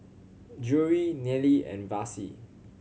Drury Nealy and Vassie